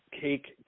Cake